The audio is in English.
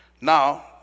Now